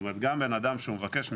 גם בן אדם שהוא מבקש מקלט.